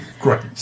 great